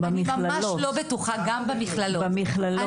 גם במכללות,